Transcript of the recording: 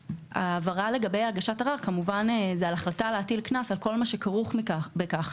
ההבהרה לגבי הגשת ערר היא על החלטה להטיל קנס על כך מה שכרוך בכך,